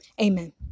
amen